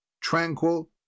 tranquil